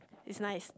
is nice